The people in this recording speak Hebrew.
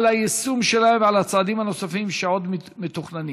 היישום שלהם ועל הצעדים הנוספים שעוד מתוכננים.